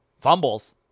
fumbles